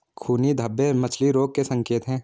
खूनी धब्बे मछली रोग के संकेत हैं